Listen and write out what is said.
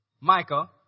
Micah